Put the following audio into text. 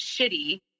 shitty